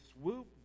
swoop